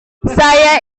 saya